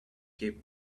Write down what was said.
cape